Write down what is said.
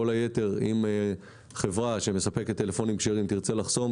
את כל היתר אם חברה שמספקת טלפונים כשרים תרצה לחסום,